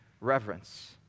reverence